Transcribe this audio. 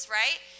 right